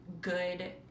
good